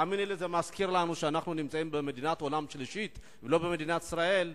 זה מזכיר לנו שאנחנו נמצאים במדינת עולם שלישי ולא במדינת ישראל.